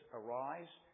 arise